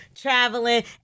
traveling